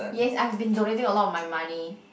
yes I have been donating a lot of my money